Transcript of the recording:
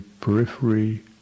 periphery